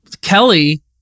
Kelly